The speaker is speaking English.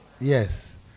Yes